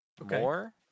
more